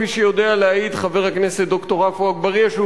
כפי שיודע להעיד חבר הכנסת ד"ר עפו אגבאריה,